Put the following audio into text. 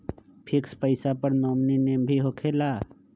Fix पईसा पर nominee name भी होकेला?